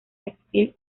textil